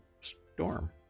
storm